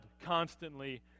constantly